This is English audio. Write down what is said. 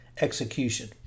execution